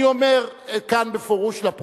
אני אומר כאן בפירוש, לפרוטוקול,